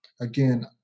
again